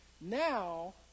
Now